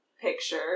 picture